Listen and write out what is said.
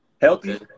Healthy